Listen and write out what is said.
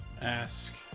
ask